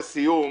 לסיום,